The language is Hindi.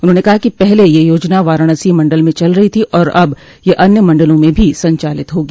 उन्होंने कहा कि पहले यह योजना वाराणसी मण्डल में चल रही थी और अब यह अन्य मण्डलो में भी संचालित होगी